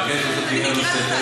אני אבקש לעשות בדיקה נוספת.